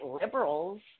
liberals